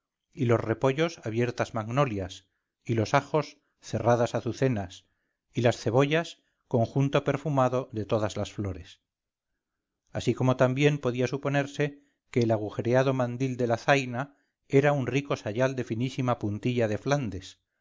y los repollos abiertas magnolias y los ajos cerradas azucenas y las cebollas conjunto perfumado de todas las flores así como también podía suponerse que el agujereado mandil de la zaina era un rico sayal de finísima puntilla de flandes